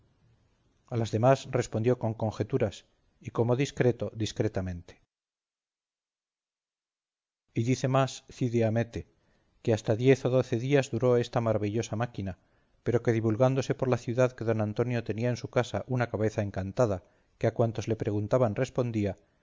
a las demás respondió por conjeturas y como discreto discretamente y dice más cide hamete que hasta diez o doce días duró esta maravillosa máquina pero que divulgándose por la ciudad que don antonio tenía en su casa una cabeza encantada que a cuantos le preguntaban respondía